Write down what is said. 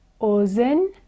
Ozen